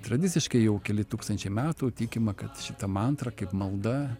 tradiciškai jau keli tūkstančiai metų tikima kad šita mantra kaip malda